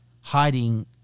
Hiding